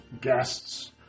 guests